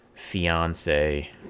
Fiance